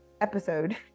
episode